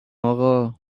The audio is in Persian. آقا